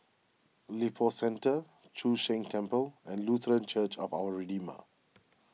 Lippo Centre Chu Sheng Temple and Lutheran Church of Our Redeemer